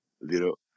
little